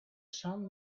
sun